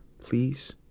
Please